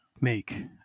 make